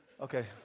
Okay